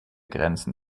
grenzen